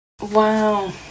Wow